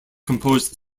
composed